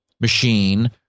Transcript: machine